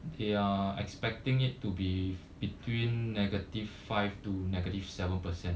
they are expecting it to be between negative five to negative seven percent